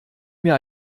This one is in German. mir